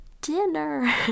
dinner